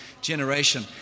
generation